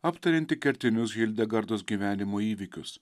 aptarianti kertinius hildegardos gyvenimo įvykius